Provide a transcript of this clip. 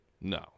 No